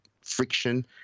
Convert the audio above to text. friction